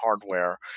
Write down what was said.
hardware